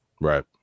Right